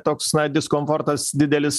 toks na diskomfortas didelis